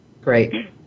Great